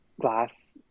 glass